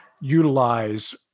utilize